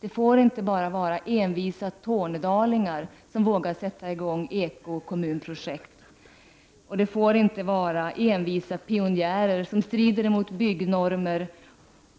Det får inte vara bara envisa tornedalingar som vågar sätta i gång ekokommunprojekt, och det får inte vara bara envisa pionjärer som strider mot byggnormer